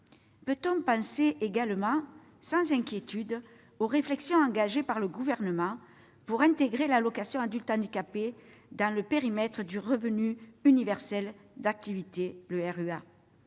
Peut-on penser également, sans inquiétude, aux réflexions engagées par le Gouvernement pour intégrer l'allocation aux adultes handicapés dans le périmètre du revenu universel d'activité, le RUA ?